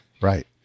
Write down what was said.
Right